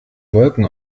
wolken